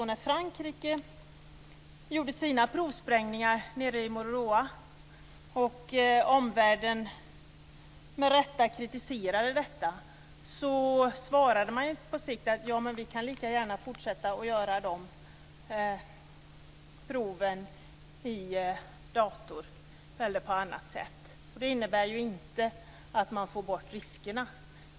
När Frankrike gjorde sina provsprängningar nere i Mururoa och omvärlden med rätta kritiserade detta svarade man att man på sikt lika gärna kunde fortsätta att göra proven i dator eller på annat sätt. Då får man ju inte bort riskerna.